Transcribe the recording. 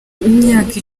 imyaka